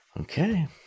Okay